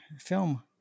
film